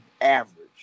average